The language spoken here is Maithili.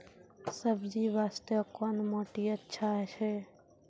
सब्जी बास्ते कोन माटी अचछा छै?